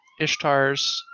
Ishtars